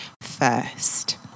first